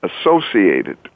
associated